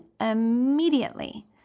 immediately